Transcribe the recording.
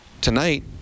tonight